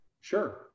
Sure